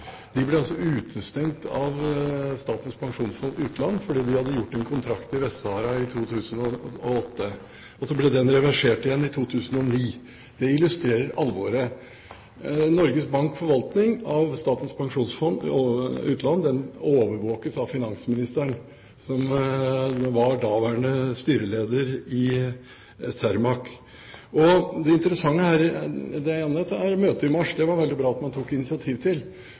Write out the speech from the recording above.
av Statens pensjonsfond utland fordi de hadde inngått en kontrakt i Vest-Sahara i 2008. Så ble den reversert i 2009. Det illustrerer alvoret. Norges Banks forvaltning av Statens pensjonsfond utland overvåkes av finansministeren, som den gang var styreleder i Cermaq. Møtet i mars var det veldig bra at man tok initiativ til, men departementet burde også gå inn og granske om det var retningslinjer og systemer i Cermaq helt tilbake til